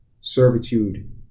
servitude